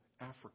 Africa